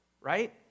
right